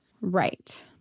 right